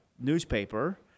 newspaper